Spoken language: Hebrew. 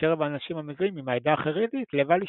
מקרב אנשים המזוהים עם העדה החרדית לבל ישתתף.